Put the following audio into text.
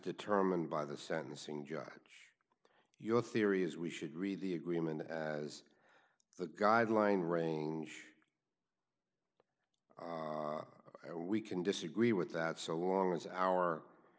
determined by the sentencing judge your theory is we should read the agreement as the guideline range we can disagree with that so long as our